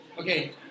Okay